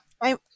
I-